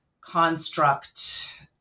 construct